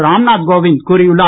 ராம்நாத் கோவிந்த் கூறியுள்ளார்